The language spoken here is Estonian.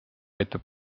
aitab